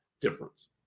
difference